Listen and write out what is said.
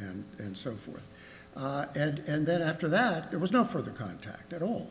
and and so forth and then after that there was no further contact at all